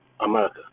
America